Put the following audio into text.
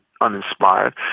uninspired